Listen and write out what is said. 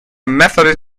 methodist